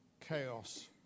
chaos